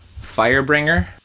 Firebringer